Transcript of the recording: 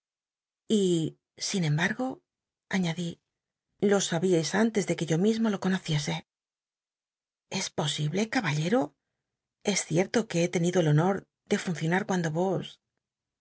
sin emb ugo añadí lo sa bíais antes dcc uc yo mismo lo conociese es posible caballero es cierto que he tenido el honor de funcionar cuanco os